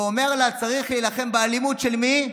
ואומר לה: צריך להילחם באלימות, של מי?